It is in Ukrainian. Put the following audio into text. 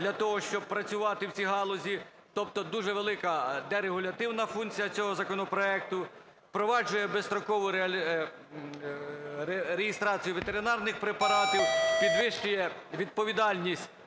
для того, щоб працювати у цій галузі, тобто дуже велика дерегулятивна функція цього законопроекту. Впроваджує безстрокову реєстрацію ветеринарних препаратів, підвищує відповідальність